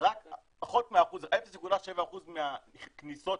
רק 0.7% בלבד מהכניסות,